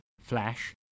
Flash